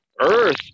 earth